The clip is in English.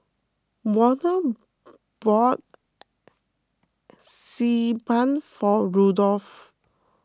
Warner bought Xi Ban for Rudolf